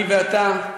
אני ואתה,